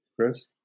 chris